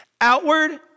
Outward